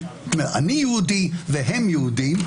של ערבים כלפי יהודים,